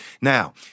Now